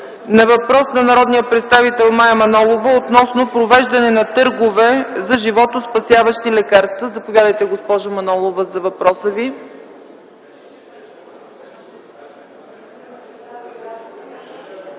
на въпрос на народния представител Мая Манолова относно провеждане на търгове за животоспасяващи лекарства. Заповядайте, госпожо Манолова.